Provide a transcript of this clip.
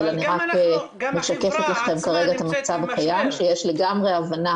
אני רק משקפת לכם כרגע את המצב הקיים שיש לגמרי הבנה